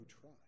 try